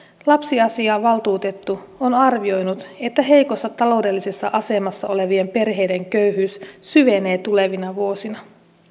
lapsiasiavaltuutettu on arvioinut että heikossa taloudellisessa asemassa olevien perheiden köyhyys syvenee tulevina vuosina